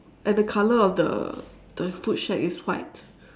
and the color of the the food shack is white